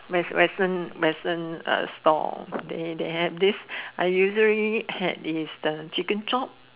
western western store they they have this I usually had is the chicken chop